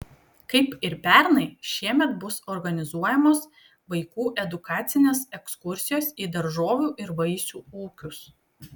kaip ir pernai šiemet bus organizuojamos vaikų edukacines ekskursijos į daržovių ir vaisių ūkius